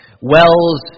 Wells